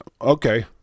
Okay